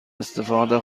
استفاده